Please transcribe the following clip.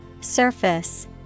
Surface